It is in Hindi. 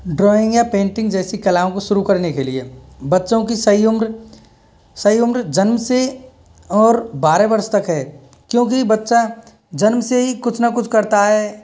ड्रॉइंग या पेंटिंग जैसी कलाओं को शुरू करने के लिए बच्चों की सही उम्र सही उम्र जन्म से और बारह वर्ष तक है क्योंकि बच्चा जन्म से ही कुछ ना कुछ करता है